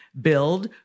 Build